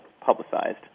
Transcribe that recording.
publicized